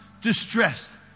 distressed